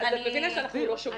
אז את מבינה שאנחנו לא שוגות.